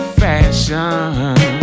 fashion